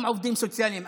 גם עובדים סוציאליים.